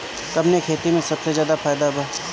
कवने खेती में सबसे ज्यादा फायदा बा?